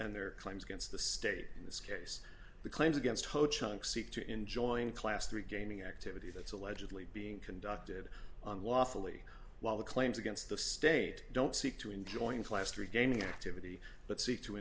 and their claims against the state in this case the claims against chunk seek to enjoin class three gaming activity that's allegedly being conducted on lawfully while the claims against the state don't seek to enjoin class three gaming activity but seek to